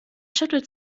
schüttelt